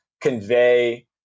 convey